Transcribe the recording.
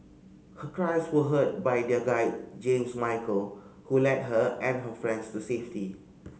her cries were heard by their guide James Michael who led her and her friends to safety